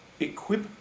equip